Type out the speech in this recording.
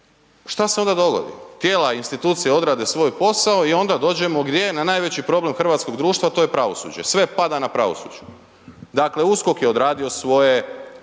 šta se onda dogodi? Tijela, institucije odrade svoj posao i onda dođemo gdje, na najveći problem hrvatskog društva a to je pravosuđe, sve pada na pravosuđe. Dakle USKOK je odradio svoje,